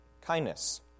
kindness